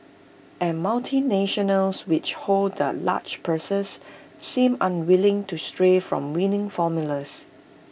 and multinationals which hold the large purses seem unwilling to stray from winning formulas